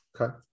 Okay